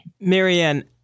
Marianne